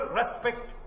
respect